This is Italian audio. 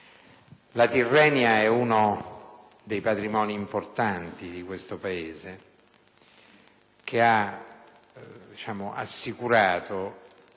La Tirrenia è uno dei patrimoni importanti di questo Paese, che ha assicurato